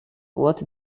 what